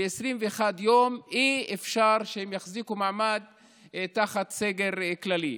21 יום אי-אפשר שהם יחזיקו מעמד תחת סגר כללי.